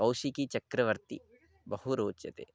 कौशिकी चक्रवर्ती बहु रोचते